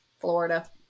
Florida